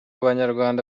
banyarwanda